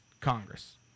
Congress